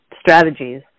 strategies